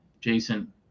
Jason